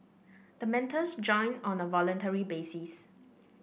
the mentors join on a voluntary basis